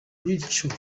bityo